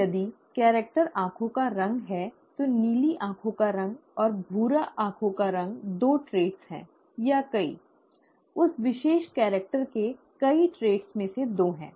तो यदि कैरेक्टर आंखों का रंग है तो नीली आंखों का रंग और भूरा आंखों का रंग दो ट्रेट हैं या कई उस विशेष कैरेक्टर के कई ट्रेट में से दो हैं